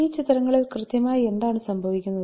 ഈ ചിത്രങ്ങളിൽ കൃത്യമായി എന്താണ് സംഭവിക്കുന്നത്